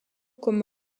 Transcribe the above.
comme